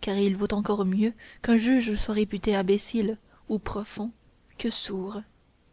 car il vaut encore mieux qu'un juge soit réputé imbécile ou profond que sourd